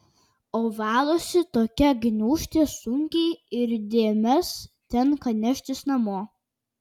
o valosi tokia gniūžtė sunkiai ir dėmes tenka neštis namo